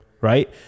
Right